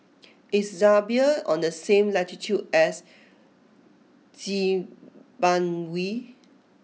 is Zambia on the same latitude as Zimbabwe